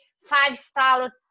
five-star